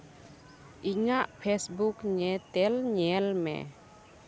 ᱤᱧᱟᱹᱜ ᱯᱷᱮᱥᱵᱩᱠ ᱧᱮᱛᱮᱞ ᱧᱮᱞ ᱢᱮ